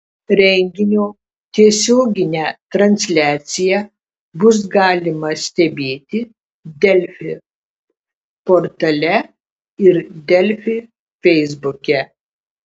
renginio tiesioginę transliaciją bus galima stebėti delfi portale ir delfi feisbuke